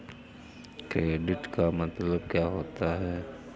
Credit का मतलब क्या होता है?